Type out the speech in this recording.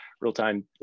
real-time